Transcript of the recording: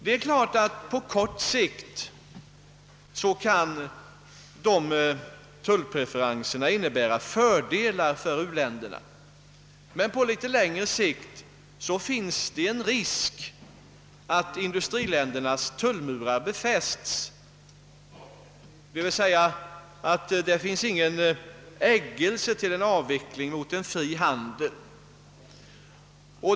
Det är klart att dessa tullpreferenser på kort sikt kan innebära fördelar för u-länderna, men på litet längre sikt föreligger risk att industriländernas tullmurar befästs genom att det inte finns någon eggelse till avveckling mot en frihandel.